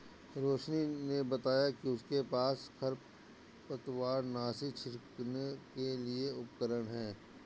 रोशिनी ने बताया कि उसके पास खरपतवारनाशी छिड़कने के लिए उपकरण है